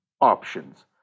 options